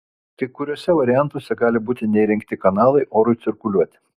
kai kuriuose variantuose gali būti neįrengti kanalai orui cirkuliuoti